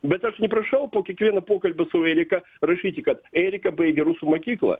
bet aš neprašau po kiekvieno pokalbio su erika rašyti kad erika baigė rusų mokyklą